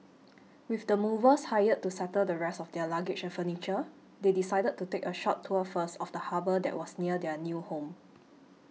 with the movers hired to settle the rest of their luggage and furniture they decided to take a short tour first of the harbour that was near their new home